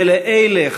ולאלה,